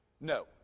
No